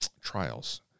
trials